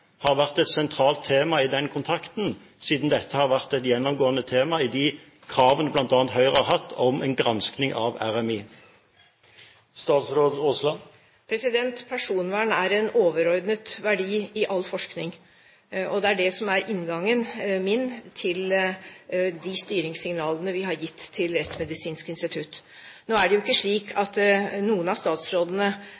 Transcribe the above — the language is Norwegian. vært et sentralt tema. Dette har vært et gjennomgående tema i de kravene bl.a. Høyre har hatt om en gransking av RMI. Personvern er en overordnet verdi i all forskning. Det er inngangen min i de styringssignalene vi har gitt til Rettsmedisinsk institutt. Nå er det jo ikke slik